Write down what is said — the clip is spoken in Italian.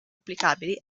applicabili